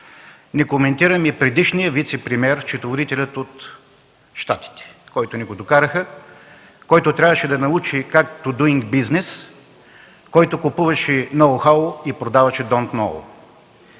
Не коментирам и предишния вицепремиер – счетоводителя от Щатите, който ни го докараха и който трябваше да научи как „to do business”, който купуваше ноу-хау и продаваше „don’t know”.